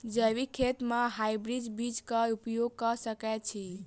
जैविक खेती म हायब्रिडस बीज कऽ उपयोग कऽ सकैय छी?